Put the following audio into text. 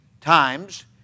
times